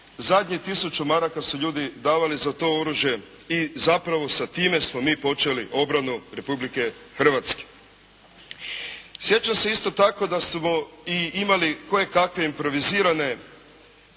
Zadnjih 1000 maraka su ljudi davali za to oružje i zapravo sa time smo mi počeli obranu Republike Hrvatske. Sjećam se isto tako da smo i imali kojekakve improvizirane